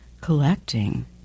collecting